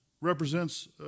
represents